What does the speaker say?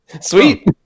sweet